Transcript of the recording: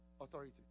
authority